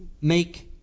make